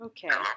Okay